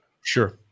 Sure